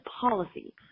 policy